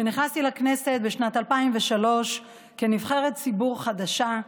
כשנכנסתי לכנסת בשנת 2003 כנבחרת ציבור חדשה,